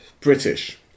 British